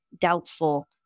doubtful